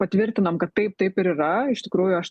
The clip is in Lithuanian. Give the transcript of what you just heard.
patvirtinam kad taip taip ir yra iš tikrųjų aš